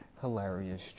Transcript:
hilarious